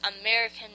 American